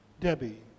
Debbie